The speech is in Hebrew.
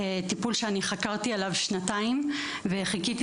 טיפול שאני חקרתי עליו שנתיים וחיכיתי